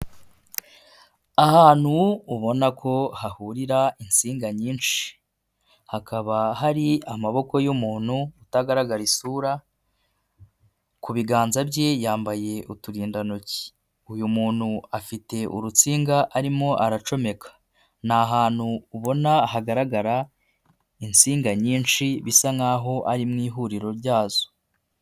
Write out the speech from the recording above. Ahantu ubona ko hahurira insinga nyinshi, hakaba hari amaboko y'umuntu utagaragara isura, ku biganza bye yambaye uturindantoki, uyu muntu afite urutsinga arimo aracomeka, ni ahantu ubona hagaragara insinga nyinshi bisa nkaho ari mu ihuriro ryazo.